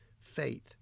faith